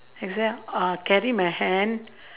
exer~ uh carry my hand